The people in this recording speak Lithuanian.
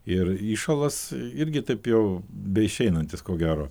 ir įšalas irgi taip jau beišeinantis ko gero